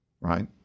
right